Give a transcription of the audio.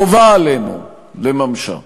חובה עלינו לממשה.